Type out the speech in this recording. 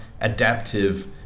adaptive